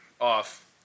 off